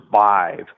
survive